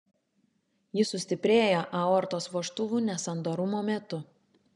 ji sustiprėja aortos vožtuvų nesandarumo metu